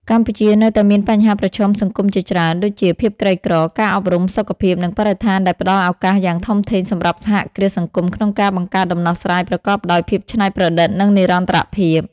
កម្ពុជានៅតែមានបញ្ហាប្រឈមសង្គមជាច្រើន ដូចជាភាពក្រីក្រ ការអប់រំ សុខភាព និងបរិស្ថានដែលផ្តល់ឱកាសយ៉ាងធំធេងសម្រាប់សហគ្រាសសង្គមក្នុងការបង្កើតដំណោះស្រាយប្រកបដោយភាពច្នៃប្រឌិត និងនិរន្តរភាព។